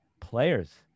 players